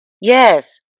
yes